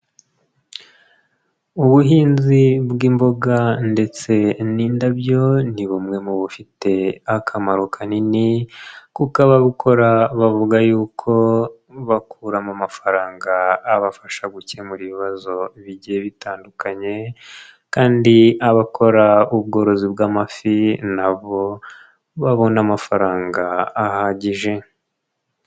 Ubuhinzi bw'imboga ndetse n'indabyo, ni bumwe mu bufite akamaro kanini kuko abakora bavuga yuko bakuramo amafaranga, abafasha gukemura ibibazo bigiye bitandukanye kandi abakora ubworozi bw'amafi na bo babona amafaranga ahagije.